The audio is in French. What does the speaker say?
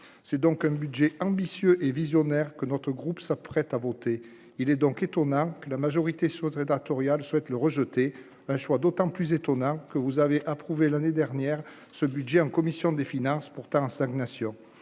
c'est donc un budget ambitieux et visionnaire que notre groupe s'apprête à voter, il est donc étonnant que la majorité souhaiterait trattoria le souhaite le rejeter un choix d'autant plus étonnant que vous avez approuvé l'année dernière, ce budget en commission des finances, pourtant en stagnation,